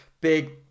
big